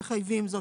מחייבים זאת.